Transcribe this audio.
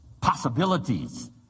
possibilities